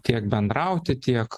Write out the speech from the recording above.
tiek bendrauti tiek